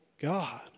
God